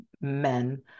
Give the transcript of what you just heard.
men